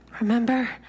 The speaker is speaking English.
remember